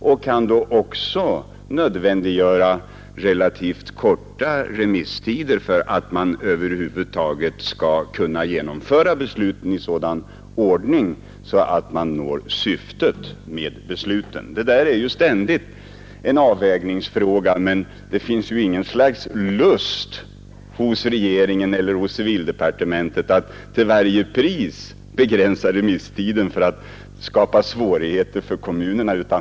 Ibland kan det vara nödvändigt med korta remisstider för att man över huvud taget skall kunna genomföra besluten i sådan ordning, att man når syftet med dem. Detta är ständigt en avvägningsfråga, och det finns inte något slags lust hos regeringen eller civildepartementet att till varje pris begränsa remisstiden för att skapa svårigheter för kommunerna.